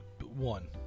One